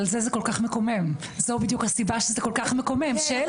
כל מה שמסביב הוא מסביב, כרגע זה העיקר.